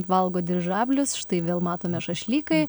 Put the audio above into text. valgo dirižablius štai vėl matome šašlykai